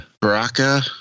Baraka